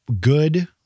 good